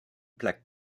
plaque